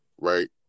right